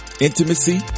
intimacy